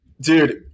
dude